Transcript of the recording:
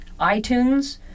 iTunes